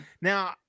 Now